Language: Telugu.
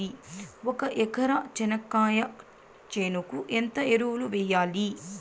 ఒక ఎకరా చెనక్కాయ చేనుకు ఎంత ఎరువులు వెయ్యాలి?